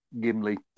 Gimli